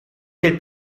del